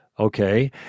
okay